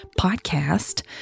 podcast